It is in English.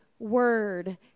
word